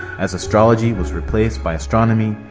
as astrology was replaced by astronomy,